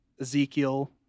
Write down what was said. Ezekiel